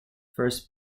first